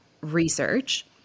research